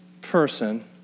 person